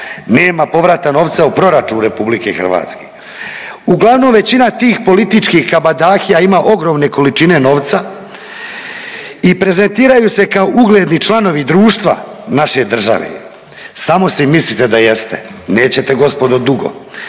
Nema povrata novca u proračun RH. Uglavnom većina tih političkih kamadahija ima ogromne količine novca i prezentiraju se kao ugledni članovi društva naše države. Samo si mislite da jeste, nećete gospodo dugo.